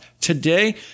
today